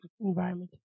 environment